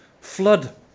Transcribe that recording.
flood